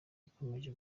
ikomeje